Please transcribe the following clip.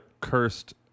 cursed